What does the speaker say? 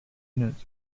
units